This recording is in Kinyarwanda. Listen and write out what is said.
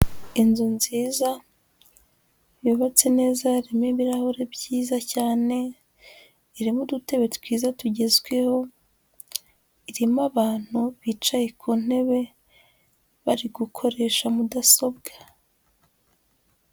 Inzu nziza yubatse neza, harimo ibirahure byiza cyane, irimo udutebe twiza tugezweho, irimo abantu bicaye ku ntebe bari gukoresha mudasobwa.